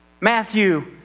Matthew